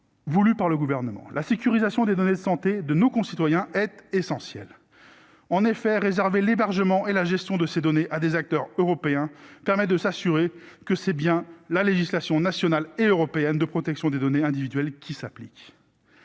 voulue par le gouvernement, la sécurisation des données de santé de nos concitoyens, être essentiel en effet réserver l'hébergement et la gestion de ces données à des acteurs européens permet de s'assurer que c'est bien la législation nationale et européenne de protection des données individuelles qui s'appliquent,